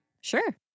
Sure